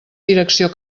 direcció